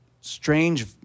strange